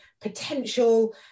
potential